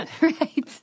Right